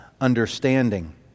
understanding